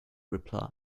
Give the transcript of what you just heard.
reply